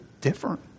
different